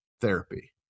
therapy